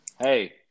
Hey